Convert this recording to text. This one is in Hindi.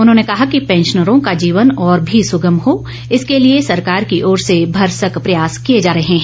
उन्होंने कहा कि पैंशनरो का जीवन और भी सुगम हो इसक लिए सरकार की ओर से भरसक प्रयास किए जा रहे हैं